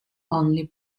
only